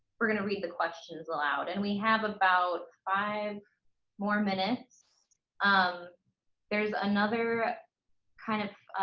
we're going to read the questions aloud and we have about five more minutes um there's another kind of